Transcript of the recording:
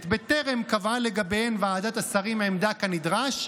בטרם קבעה לגביהן ועדת השרים עמדה כנדרש,